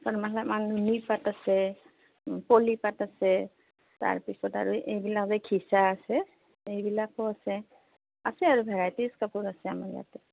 Louis পাট আছে পলি পাট আছে তাৰ পিছত আৰু এইবিলাক যে ঘিচা আছে সেইবিলাকো আছে আছে আৰু ভেৰিটিছ কাপোৰ আছে আমাৰ ইয়াতে